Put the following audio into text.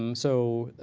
um so